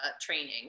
training